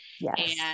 Yes